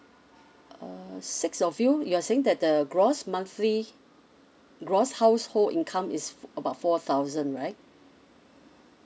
uh six of you you are saying that the gross monthly gross household income is f~ about four thousand right